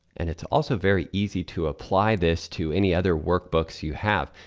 and it's also very easy to apply this to any other workbooks you have.